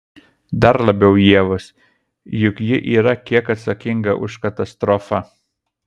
dar labiau ievos juk ji yra kiek atsakinga už katastrofą